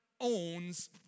owns